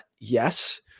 yes